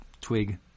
twig